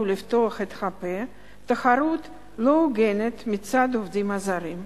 לפתוח את הפה היא תחרות לא הוגנת מצד העובדים הזרים.